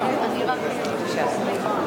בבקשה.